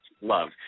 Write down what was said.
love